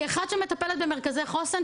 כאחת שמטפלת במרכזי חוסן,